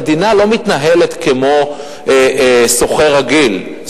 המדינה לא מתנהלת כמו משכיר רגיל,